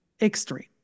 extreme